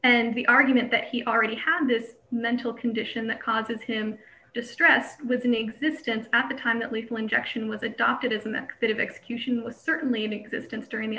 and the argument that he already handed mental condition that causes him distress was in existence at the time that lethal injection was adopted as an act of execution certainly in existence during the